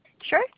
Sure